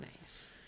nice